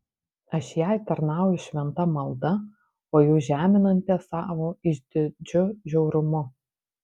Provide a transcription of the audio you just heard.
aš jai tarnauju šventa malda o jūs žeminate savo išdidžiu žiaurumu